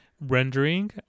Rendering